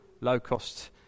low-cost